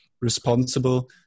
responsible